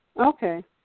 Okay